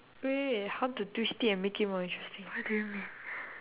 wait how to twist it and make it more interesting what do you mean